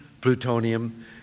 plutonium